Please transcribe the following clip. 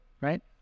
right